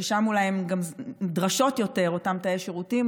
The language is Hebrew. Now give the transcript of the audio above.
ששם אולי אותם תאי שירותים